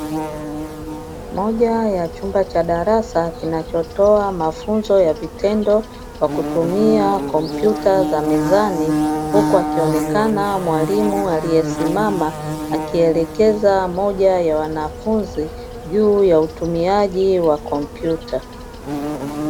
Moja ya chumba cha darasa kinachotoa mafunzo ya vitendo kwa kutumia kompyuta zamezani huku akionekana mwalimu amesimama akielekeza moja ya wanafunzi juu ya utumiaji wa kompyuta.